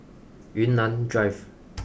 Yunnan Drive